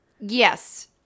Yes